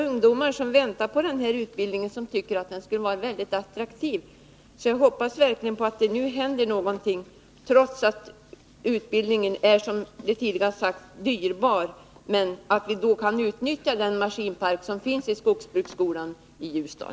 Ungdomarna väntar på denna utbildning och tycker att den är mycket attraktiv. Jag hoppas därför att det nu verkligen händer någonting. Utbildningen är, såsom tidigare sagts, dyrbar, och det är då angeläget att kunna utnyttja den maskinpark som finns vid skogsbruksskolan i Ljusdal.